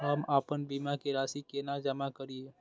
हम आपन बीमा के राशि केना जमा करिए?